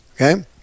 Okay